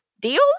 deals